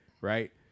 right